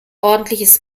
ordentliches